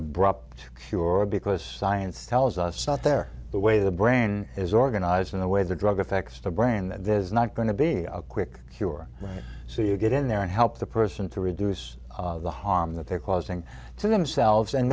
abrupt cure or because science tells us out there the way the brain is organized in the way the drug affects the brain that is not going to be a quick cure right so you get in there and help the person to reduce the harm that they're causing to themselves and